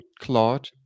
Claude